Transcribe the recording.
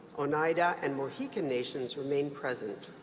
oneida and mohican nations remain present.